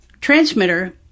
transmitter